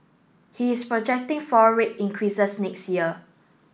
he is projecting four rate increases next year